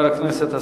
חבר הכנסת אלסאנע,